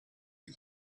the